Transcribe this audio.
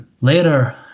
later